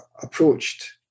approached